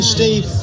Steve